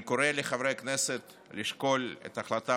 אני קורא לחברי הכנסת לשקול את ההחלטה